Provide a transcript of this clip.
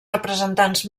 representants